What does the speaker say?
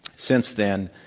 since then,